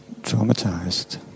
traumatized